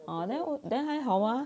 oh then oh then 还好吗